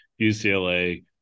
UCLA